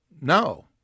no